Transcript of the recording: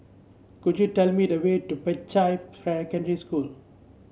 could you tell me the way to Peicai School